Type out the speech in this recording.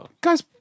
guys